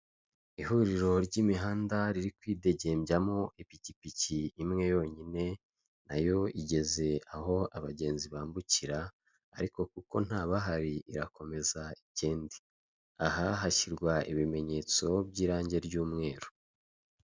Ihuriro ry'imihanda riri kwidegembyamo ipikipiki imwe yonyine na yo igeze aho abagenzi bambukira, ariko kuko nta bahari irakomeza igende, aha hashyirwa ibimenyetso by'irangi ry'umweru.